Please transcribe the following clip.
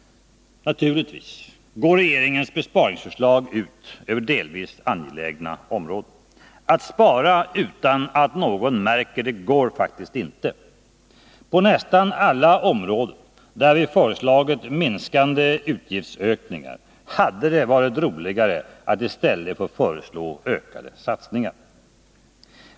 Naturligtvis går regeringens besparingsförslag ut över delvis angelägna områden. Att spara utan att någon märker det går faktiskt inte. På nästan alla områden där vi föreslagit minskande utgiftsökningar hade det varit roligare att i stället få föreslå ökade satsningar.